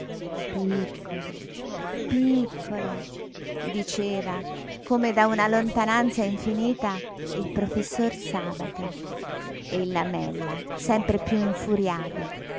piccolo piccolo diceva come da una lontananza infinita il professor sabato e il lamella sempre piú infuriato